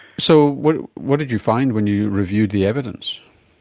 so what what did you find when you reviewed the evidence?